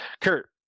Kurt